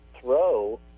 throw